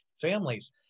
families